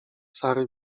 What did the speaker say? sary